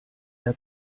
der